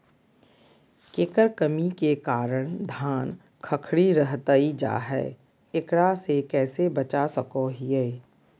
केकर कमी के कारण धान खखड़ी रहतई जा है, एकरा से कैसे बचा सको हियय?